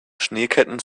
schneeketten